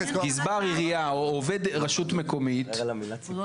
גזבר עירייה או עובד רשות מקומית --- עברנו את זה.